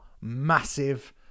massive